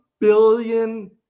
billion